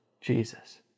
Jesus